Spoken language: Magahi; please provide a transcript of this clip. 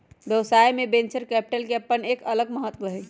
व्यवसाय में वेंचर कैपिटल के अपन एक अलग महत्व हई